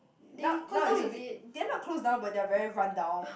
now now is a bit they are not close down but they are very run down